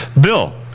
Bill